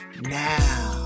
now